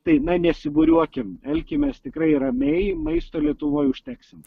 tai na nesibūriuokim elkimės tikrai ramiai maisto lietuvoj užteksim